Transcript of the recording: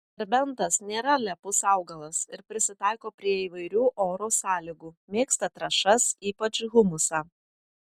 serbentas nėra lepus augalas ir prisitaiko prie įvairių oro sąlygų mėgsta trąšas ypač humusą